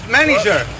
manager